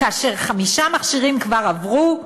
כאשר חמישה מכשירים כבר עברו?